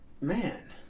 Man